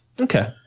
Okay